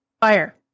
fire